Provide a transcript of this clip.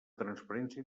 transparència